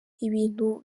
ibintu